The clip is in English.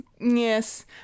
yes